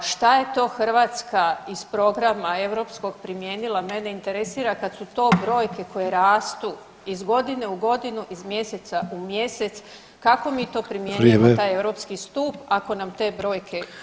Šta je to Hrvatska iz programa europskog primijenila mene interesira kad su to brojke koje rastu iz godine u godinu, iz mjeseca u mjesec, kako mi to primjenjujemo taj Europski stup ako nam te brojke rastu?